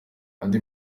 andi